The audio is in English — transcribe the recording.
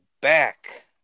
back